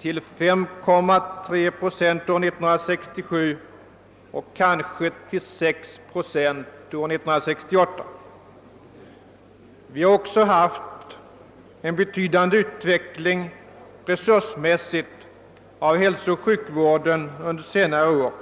till 5,3 procent år 1967 och kanske till 6 procent år 1968. Vi har också haft en betydande utveckling resursmässigt av hälsooch sjukvården under senare år.